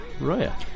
Roya